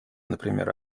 например